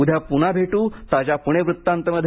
उद्या पुन्हा भेटू ताज्या पुणेवृत्तांतमध्ये